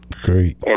Great